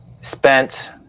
spent